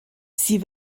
sie